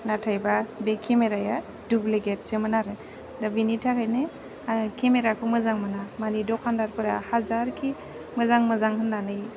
नाथाइबा बे केमेराया डुब्लिगेटसोमोन आरो दा बेनि थाखाइनो आङो केमेराखौ मोजां मोना माने दखान्दारफोरा हाजारखि मोजां मोजां होन्नानै